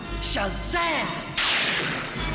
Shazam